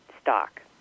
stock